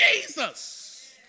Jesus